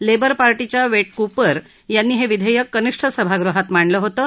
labour पार्टीच्या Yvette Cooper यांनी हे विधेयक कनिष्ठ सभागृहात मांडलं होतं